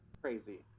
crazy